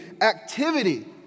Activity